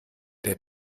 der